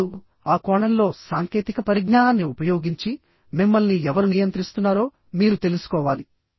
ఇప్పుడు ఆ కోణంలో సాంకేతిక పరిజ్ఞానాన్ని ఉపయోగించి మిమ్మల్ని ఎవరు నియంత్రిస్తున్నారో మీరు తెలుసుకోవాలి